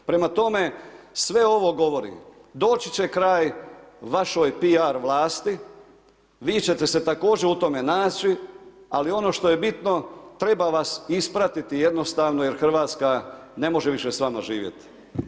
Prema tome, sve ovo govori, doći će kraj vašoj piar vlasti, vi ćete se također u tome naći, ali ono što je bitno, treba vas ispratiti jednostavno jer RH ne može više s vama živjeti.